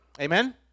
Amen